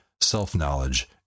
self-knowledge